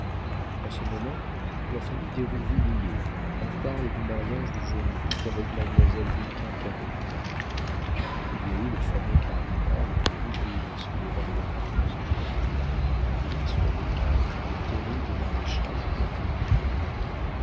en ce moment la famille d'hérouville y est on parle du mariage du jeune duc avec mademoiselle vilquin cadette il y a eu le fameux cardinal d'hérouville sous les valois se dit la brière et sous henri iv le terrible maréchal qu'on a fait